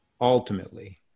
ultimately